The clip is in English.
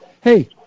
hey